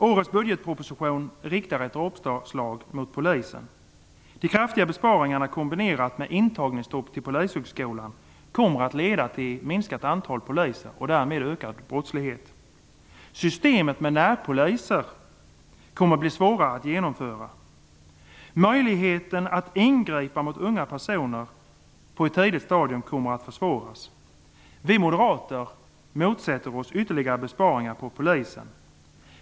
Årets budgetproposition riktar ett dråpslag mot polisen. De kraftiga besparingarna kombinerat med intagningsstopp till Polishögskolan kommer att leda till ett minskat antal poliser och därmed till ökad brottslighet. Det kommer att bli svårare att genomföra systemet med närpoliser. Möjligheten att ingripa mot unga personer på ett tidigt stadium kommer att försvåras. Vi moderater motsätter oss ytterligare besparingar på polisen.